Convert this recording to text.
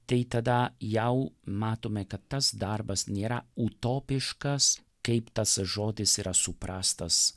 tai tada jau matome kad tas darbas nėra utopiškas kaip tas žodis yra suprastas